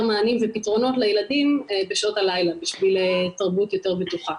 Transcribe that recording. מענים ופתרונות לילדים בשעות הלילה בשביל תרבות יותר בטוחה.